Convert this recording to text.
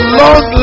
long